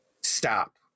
stop